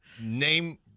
Name